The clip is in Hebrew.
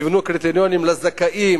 תבנו קריטריונים לזכאים,